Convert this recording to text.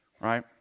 right